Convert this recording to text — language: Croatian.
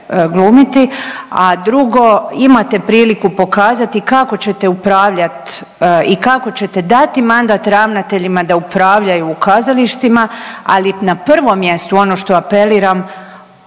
glumiti, a drugo imate priliku pokazati kako ćete upravljat i kako ćete dati mandat ravnateljima da upravljaju u kazalištima, ali na prvom mjestu ono što apeliram